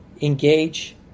engage